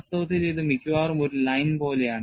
വാസ്തവത്തിൽ ഇത് മിക്കവാറും ഒരു ലൈൻ പോലെയാണ്